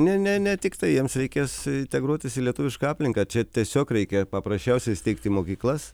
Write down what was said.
ne ne ne tiktai jiems reikės integruotis į lietuvišką aplinką čia tiesiog reikia paprasčiausiai steigti mokyklas